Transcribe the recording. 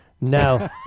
no